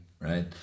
right